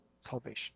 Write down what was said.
salvation